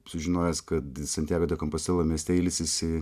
sužinojęs kad santjago de kompostelo mieste ilsisi